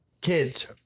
kids